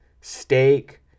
steak